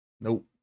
Nope